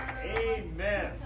Amen